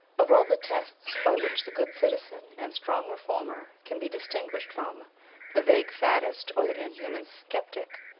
of all the tests by which the good citizen and strong reformer can be distinguished from the vague faddist or the inhuman sceptic,